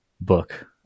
book